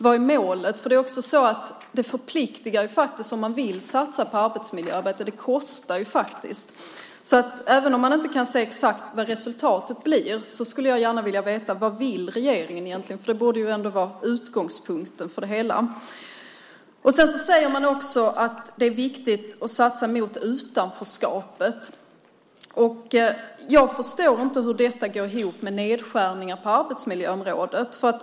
Vad är målet? Det är också så att det faktiskt förpliktar om man vill satsa på arbetsmiljöarbetet. Det kostar faktiskt. Så även om man inte kan säga exakt vad resultatet blir skulle jag gärna vilja veta vad regeringen egentligen vill. Det borde ju ändå vara utgångspunkten för det hela. Sedan säger man också att det är viktigt att satsa mot utanförskapet. Jag förstår inte hur detta går ihop med nedskärningar på arbetsmiljöområdet.